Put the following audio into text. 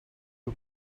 you